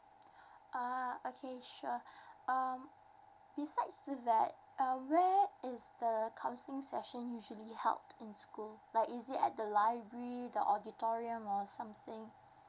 ah okay sure um besides that uh where it's the counselling session usually held in school like is it at the library the auditorium or something